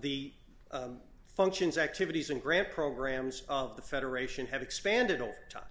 the function's activities and grant programs of the federation have expanded over time